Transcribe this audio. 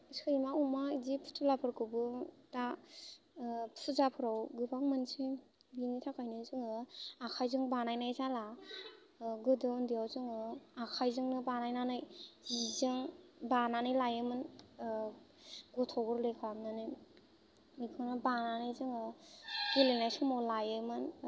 सैमा अमा बिदि फुथुलाफोरखौबो दा फुजाफोराव गोबां मोनसै बिनि थाखायनो जोङो आखायजों बानायनाय जाला गोदो उन्दैयाव जोङो आखायजोंनो बानायनानै जिजों बानानै लायोमोन गथ' गोरलै खालामनानै बेखौनो बानानै जोङो गेलेनाय समाव लायोमोन